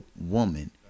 woman